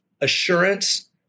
assurance